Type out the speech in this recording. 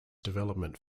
development